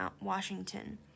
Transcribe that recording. Washington